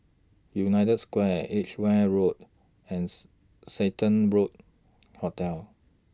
United Square Edgeware Road and Santa Road Hotel